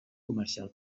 comercial